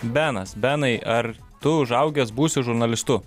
benas benai ar tu užaugęs būsi žurnalistu